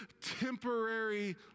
temporary